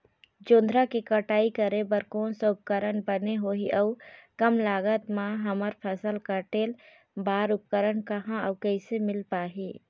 जोंधरा के कटाई करें बर कोन सा उपकरण बने होही अऊ कम लागत मा हमर फसल कटेल बार उपकरण कहा अउ कैसे मील पाही?